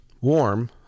warm